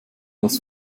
das